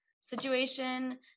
situation